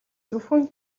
зөвхөн